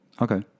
Okay